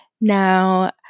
Now